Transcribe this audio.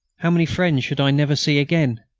how many friends should i never see again?